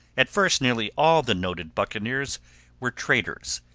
at first nearly all the noted buccaneers were traders.